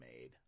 made